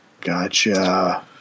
Gotcha